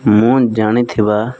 ମୁଁ ଜାଣିଥିବା